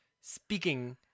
speaking